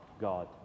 God